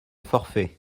forfait